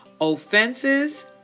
offenses